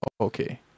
Okay